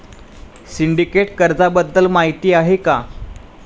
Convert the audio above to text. Syndicate कर्जाबद्दल माहिती आहे का?